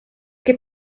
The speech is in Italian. che